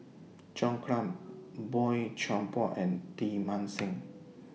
John Clang Boey Chuan Poh and Teng Mah Seng